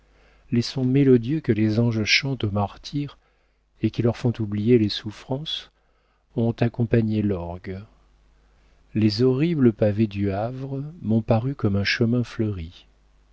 les sons mélodieux que les anges chantent aux martyrs et qui leur font oublier les souffrances ont accompagné l'orgue les horribles pavés du havre m'ont paru comme un chemin fleuri